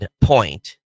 point